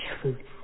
truth